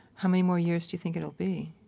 how many more years do you think it'll be?